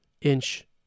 inch